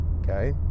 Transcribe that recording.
okay